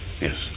Yes